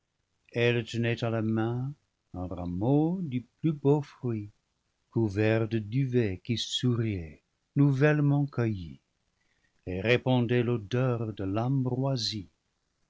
la main un rameau du plus beau fruit couvert de duvet qui souriait nouvellement cueilli et répandait l'odeur de l'ambroisie